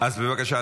אז בבקשה,